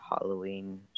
Halloween